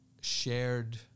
shared